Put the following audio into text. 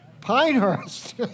Pinehurst